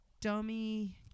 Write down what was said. dummy